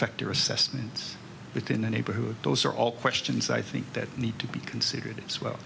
fact or assessments within the neighborhood those are all questions i think that need to be considered as well